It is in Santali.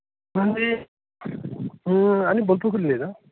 ᱢᱮᱱᱫᱟᱹᱧᱦᱮᱸ ᱟᱹᱞᱤᱧ ᱵᱚᱞᱯᱩᱨ ᱠᱷᱡᱞᱤᱧ ᱞᱟᱹᱭᱮᱫᱟ